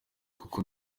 kuko